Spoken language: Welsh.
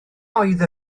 oedd